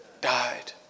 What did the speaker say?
died